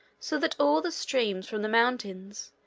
so that all the streams from the mountains,